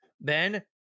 Ben